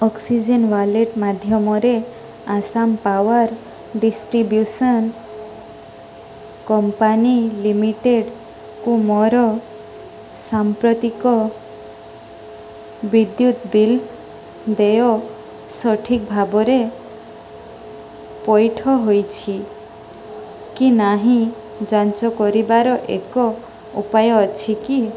oxygen wallet ମାଧ୍ୟମରେ Assam power distribution company ଲିମିଟେଡ଼୍କୁ ମୋର ସାମ୍ପ୍ରତିକ ବିଦ୍ୟୁତ ବିଲ୍ ଦେୟ ସଠିକ୍ ଭାବରେ ପଇଠ ହୋଇଛି କି ନାହିଁ ଯାଞ୍ଚ କରିବାର ଏକ ଉପାୟ ଅଛି କି